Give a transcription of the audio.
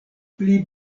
pli